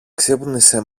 ξύπνησε